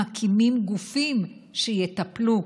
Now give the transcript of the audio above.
מקימים גופים שיטפלו.